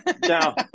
now